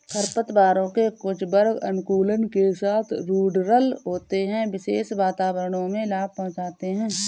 खरपतवारों के कुछ वर्ग अनुकूलन के साथ रूडरल होते है, विशेष वातावरणों में लाभ पहुंचाते हैं